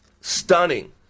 Stunning